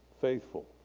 Faithful